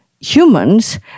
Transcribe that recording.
humans